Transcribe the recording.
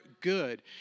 good